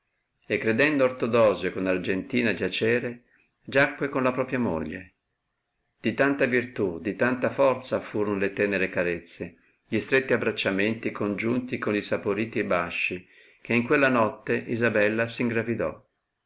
e credendo ortodosio con argentina giacere giacque con la propria moglie di tanta virtù di tanta forza furon le tenere carezze gli stretti abbracciamenti congiunti con gli saporiti basci che in quella notte isabella